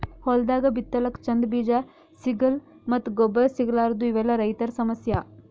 ಹೊಲ್ದಾಗ ಬಿತ್ತಲಕ್ಕ್ ಚಂದ್ ಬೀಜಾ ಸಿಗಲ್ಲ್ ಮತ್ತ್ ಗೊಬ್ಬರ್ ಸಿಗಲಾರದೂ ಇವೆಲ್ಲಾ ರೈತರ್ ಸಮಸ್ಯಾ